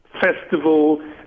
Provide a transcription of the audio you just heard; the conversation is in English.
festival